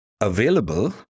available